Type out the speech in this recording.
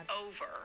over